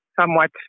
somewhat